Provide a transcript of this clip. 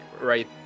right